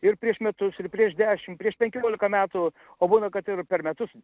ir prieš metus ir prieš dešimt prieš penkiolika metų o būna kad ir per metus